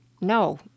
No